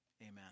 amen